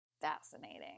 fascinating